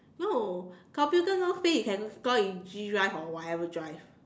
no computer no space have to store in G drive or whatever drive